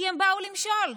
כי הם באו למשול.